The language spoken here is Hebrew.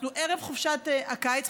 אנחנו ערב חופשת הקיץ,